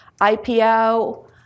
IPO